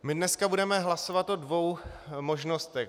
My dnes budeme hlasovat o dvou možnostech.